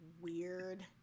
weird